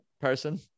person